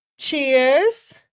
Cheers